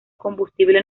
combustible